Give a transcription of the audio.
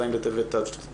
ז' בטבת התשפ"א,